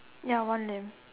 ya one lamp